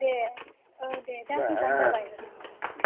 दे औ दे दा फैबानो जाबाय